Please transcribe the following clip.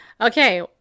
Okay